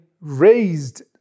raised